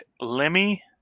lemmy